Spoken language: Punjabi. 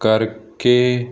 ਕਰਕੇ